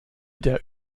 der